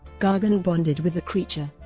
gargan bonded with the creature,